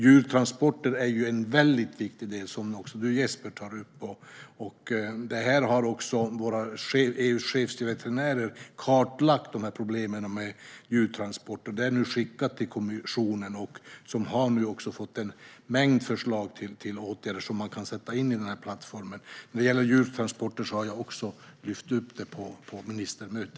Djurtransporter är en väldigt viktig del, vilket Jesper Skalberg Karlsson tog upp. EU:s chefsveterinärer har kartlagt problemen med djurtransporter och vidarebefordrat informationen till kommissionen, som har fått en mängd förslag till åtgärder som kan vidtas i samband med denna plattform. Jag har även lyft upp frågan om djurtransporter på ett tidigare ministermöte.